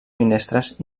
finestres